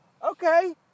okay